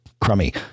crummy